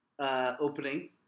opening